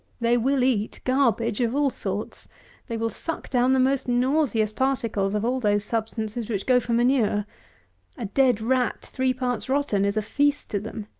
they will eat garbage of all sorts they will suck down the most nauseous particles of all those substances which go for manure. a dead rat three parts rotten is a feast to them.